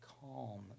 calm